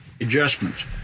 adjustments